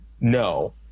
no